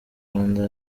rwanda